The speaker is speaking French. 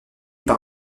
par